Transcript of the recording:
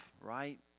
right